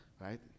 Right